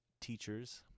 teachers